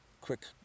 quick